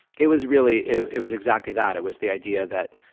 it was really, it it was exactly that it was the idea that,